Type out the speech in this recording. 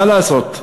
מה לעשות,